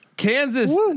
Kansas